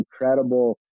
incredible